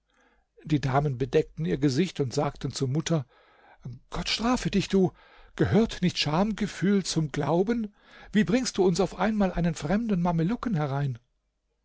die damen bedeckten ihr gesicht und sagten zur mutter gott strafe dich du gehört nicht schamgefühl zum glauben wie bringst du uns auf einmal einen fremden mamelucken herein